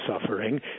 suffering